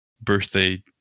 birthday